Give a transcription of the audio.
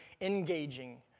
engaging